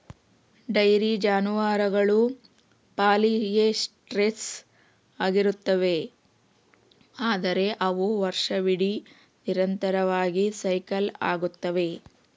dairy ಜಾನುವಾರುಗಳು polyestrous ಆಗಿರುತ್ತವೆ, ಅಂದರೆ ಅವು ವರ್ಷವಿಡೀ ನಿರಂತರವಾಗಿ ಸೈಕಲ್ ಆಗುತ್ತವೆ